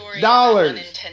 dollars